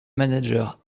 managers